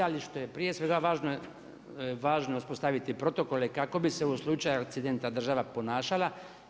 Ali što je prije svega važno uspostaviti protokole kako bi se u slučaju akcidenta država ponašala.